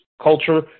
culture